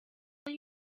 will